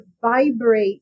vibrate